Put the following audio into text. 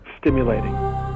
stimulating